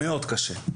מאוד קשה.